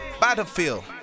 Battlefield